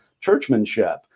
churchmanship